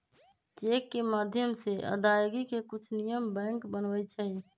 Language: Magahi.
चेक के माध्यम से अदायगी के कुछ नियम बैंक बनबई छई